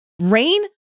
Rain